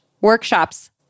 workshops